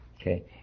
Okay